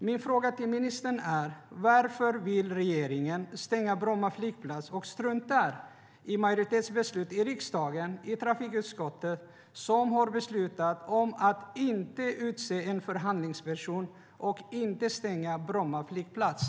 Min fråga till ministern är: Varför vill regeringen stänga Bromma flygplats och struntar i majoritetens beslut i riksdagen och i trafikutskottet, som har beslutat att inte utse en förhandlingsperson och inte stänga Bromma flygplats?